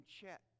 check